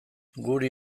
guri